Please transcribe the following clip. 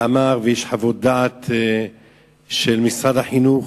ואמר, ויש חוות דעת של משרד החינוך,